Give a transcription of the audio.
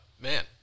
Man